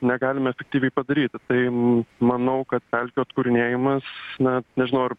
negalime efektyviai padaryti tai manau kad pelkių atkūrinėjamas na nežinau ar